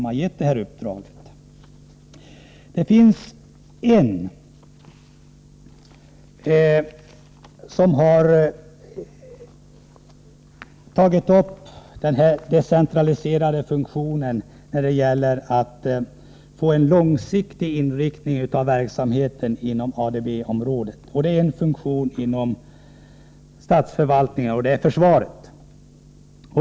På ett område har det dock föreslagits decentralisering när det gäller den långsiktiga inriktningen av verksamheten inom ADB-området. Det gäller statsförvaltningen och försvaret.